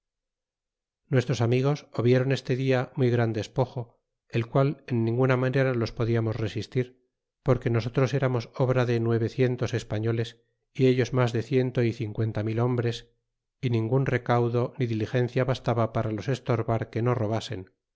os amigos hobidron este dia muy gran despojo el qual en ninguna manera los podiamos res stir porque lioso tros tamos obra de nuevecientos españoles y ellos mas de ciento y eincilenta mil hombres y ningun recaudo ni diligencia bastaba para los estorbar que no robasen